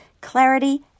clarity